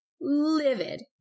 livid